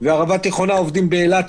וערבה תיכונה עובדים באילת.